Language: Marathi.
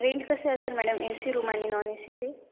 रेंट कसे असेल मॅडम ए सी रूम आणि नॉन ए सीचे